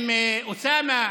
עם אוסאמה,